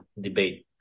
debate